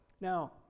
Now